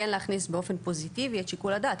כן להכניס באופן פוזיטיבי את שיקול הדעת?